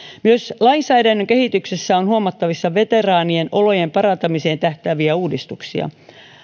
myös lainsäädännön kehityksessä on huomattavissa veteraanien olojen parantamiseen tähtääviä uudistuksia